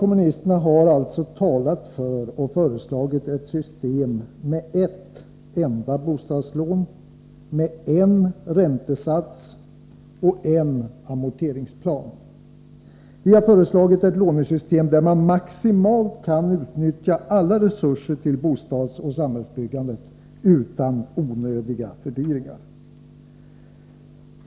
Vpk har alltså talat för och föreslagit ett system med ett enda bostadslån med en räntesats och en amorteringsplan. Vi har föreslagit ett lånesystem där man maximalt kan utnyttja alla resurser till bostadsoch samhällsbyggandet utan onödiga fördyringar.